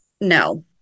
no